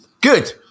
good